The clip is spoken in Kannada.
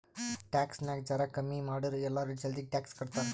ಟ್ಯಾಕ್ಸ್ ನಾಗ್ ಜರಾ ಕಮ್ಮಿ ಮಾಡುರ್ ಎಲ್ಲರೂ ಜಲ್ದಿ ಟ್ಯಾಕ್ಸ್ ಕಟ್ತಾರ್